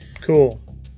Cool